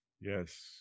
Yes